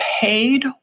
paid